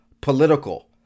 political